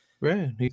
Right